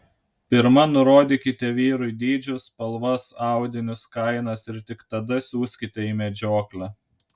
pirma nurodykite vyrui dydžius spalvas audinius kainas ir tik tada siųskite į medžioklę